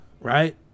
right